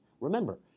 remember